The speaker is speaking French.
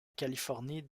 californie